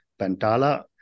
Pantala